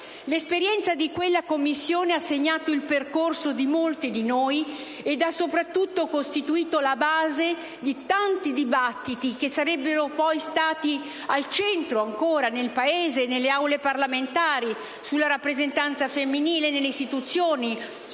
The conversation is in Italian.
L'esperienza di quella Commissione ha segnato il percorso di molte di noi e ha costituito, soprattutto, la base di tanti dibattiti che sarebbero poi stati ancora al centro nel Paese e nelle Aule parlamentari, sulla rappresentanza femminile nelle istituzioni,